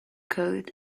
coat